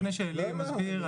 לפני שעלי מסביר.